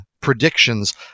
predictions